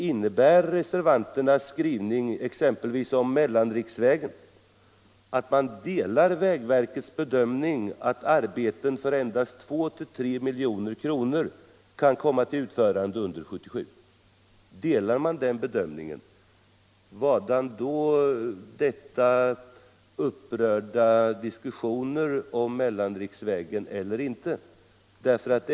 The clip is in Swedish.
Innebär reservanternas skrivning exempelvis om mellanriksvägen att man delar vägverkets bedömning, att arbeten för endast 2-3 miljoner kan komma till utförande under 1977? Delar man den bedömningen, vadan då dessa upprörda diskussioner om huruvida arbetet med mellanriksvägen skall utföras eller inte?